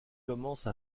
commence